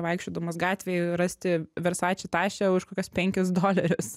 vaikščiodamas gatvėje rasti versači tašę už kokius penkis dolerius